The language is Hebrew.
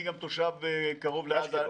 אני גם תושב קרוב לעזה.